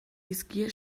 dizkie